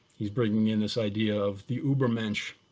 he's bringing in this idea of the ubermensch,